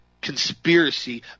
conspiracy